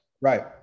Right